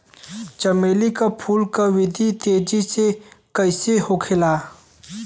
चमेली क फूल क वृद्धि तेजी से कईसे होखेला?